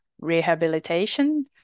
rehabilitation